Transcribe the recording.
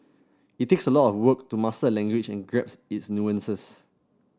it takes a lot of work to master a language and grasp its nuances